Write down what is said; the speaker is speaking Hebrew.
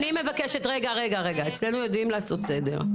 רגע, אצלנו יודעים לעשות סדר.